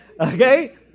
Okay